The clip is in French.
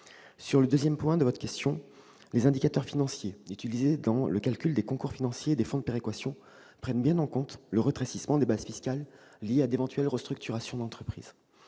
au second point de votre question. Les indicateurs financiers utilisés dans le calcul des concours financiers et des fonds de péréquation prennent bien en compte le rétrécissement des bases fiscales lié à d'éventuelles restructurations d'entreprises.